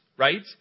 Right